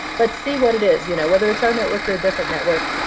but see what it is. you know whether it's our network or a different network,